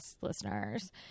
listeners